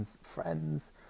friends